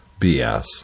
BS